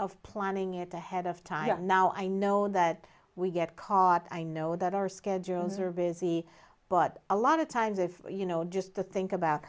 of planning it ahead of time now i know that we get caught i know that our schedules are busy but a lot of times if you know just to think about